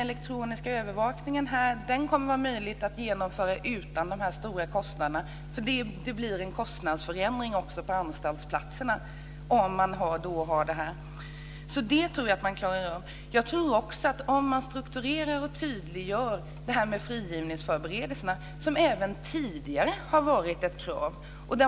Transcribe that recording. Den elektroniska övervakningen kommer att vara möjlig att genomföra utan några stora kostnader. Det blir en kostnadsförändring också på anstaltsplatserna i och med den. Det tror jag att man klarar av. Jag tror också att man kan strukturera och tydliggöra frigivningsförberedelserna, som även tidigare har varit ett krav.